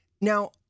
now